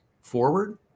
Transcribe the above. forward